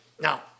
Now